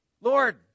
Lord